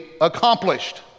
accomplished